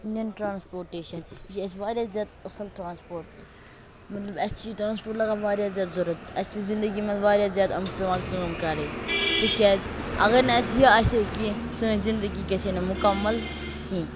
Indian transportation یہِ چھِ اَسہِ واریاہ زیادٕ اصل ٹرانسپوٹ مَطلَب اَسہِ چھُ یہِ ٹرانسپوٹ لَگان واریاہ زیادٕ ضوٚرَتھ اَسہِ چھِ زِندَگی مَنٛز واریاہ زیادٕ امچ پیٚوان کٲم کَرٕنۍ تکیازِ اَگَر نہٕ اَسہِ یہِ آسہِ کینٛہہ سٲنٛۍ زِندگی گَژھِ ہَنہٕ مُکَمَل کینٛہہ